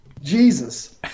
Jesus